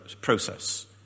process